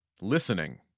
Listening